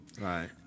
Right